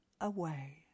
away